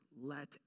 let